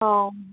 অঁ